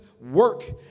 work